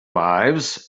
lives